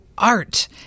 Art